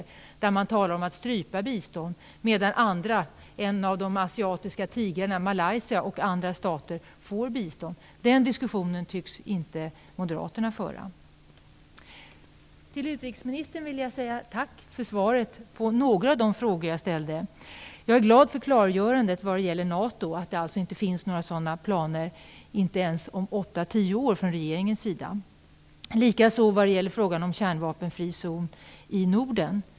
I det avseendet talar man om att strypa biståndet, medan andra länder - t.ex. en av de asiatiska tigrarna, Malaysia - får bistånd. Den diskussionen tycks Moderaterna inte föra. Utrikesministern vill jag tacka för hennes svar på några av de frågor som jag ställt. Jag är glad över klargörandet vad gäller NATO. Det finns alltså inte några planer där från regeringens sida, inte ens om åtta eller tio år. På samma sätt förhåller det sig i frågan om en kärnvapenfri zon i Norden.